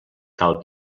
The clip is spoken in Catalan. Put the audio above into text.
cal